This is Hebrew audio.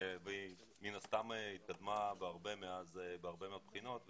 שמן הסתם התקדמה מאז בהרבה מאוד בחינות.